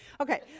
Okay